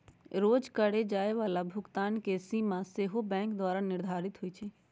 रोज करए जाय बला भुगतान के सीमा सेहो बैंके द्वारा निर्धारित होइ छइ